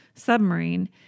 submarine